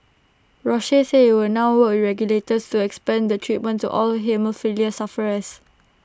Roche said IT would now work regulators to expand the treatment to all haemophilia sufferers